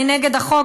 אני נגד החוק,